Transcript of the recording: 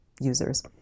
users